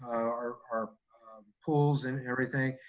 our our pools and everything,